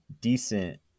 decent